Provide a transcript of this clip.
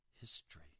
history